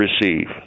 receive